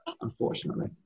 unfortunately